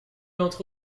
d’entre